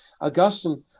Augustine